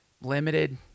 Limited